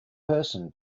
person